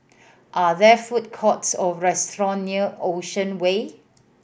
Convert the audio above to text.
are there food courts or restaurant near Ocean Way